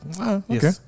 Okay